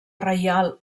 reial